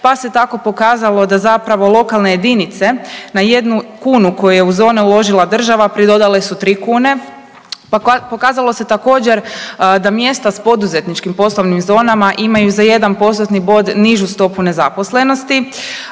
pa se tako pokazalo da lokalne jedinice na jednu kunu koje u zone uložila država pridodale su tri kune. Pokazalo se također da mjesta s poduzetničkim poslovnim zonama imaju za jedan postotni bod nižu stopu nezaposlenosti,